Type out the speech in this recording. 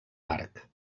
parc